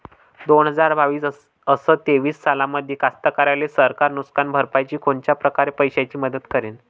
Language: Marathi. दोन हजार बावीस अस तेवीस सालामंदी कास्तकाराइले सरकार नुकसान भरपाईची कोनच्या परकारे पैशाची मदत करेन?